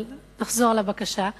אבל אחזור על הבקשה: